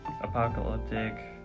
apocalyptic